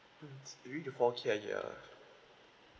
mm three to four K a year